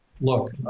look